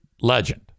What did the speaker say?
legend